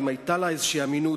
אם היתה לה איזושהי אמינות,